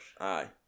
Aye